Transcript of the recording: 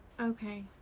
Okay